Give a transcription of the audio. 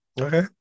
Okay